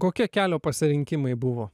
kokie kelio pasirinkimai buvo